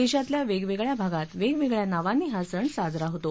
देशातल्या वेगवेगळया भागात वेगवेगळया नावांनी हा सण साजरा होतो